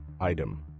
Item